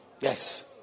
Yes